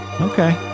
okay